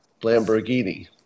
Lamborghini